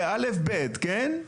זה א'-ב', כן?